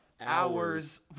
hours